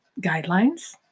guidelines